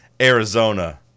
Arizona